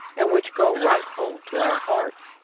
and which go right home to our hearts.